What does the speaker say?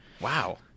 Wow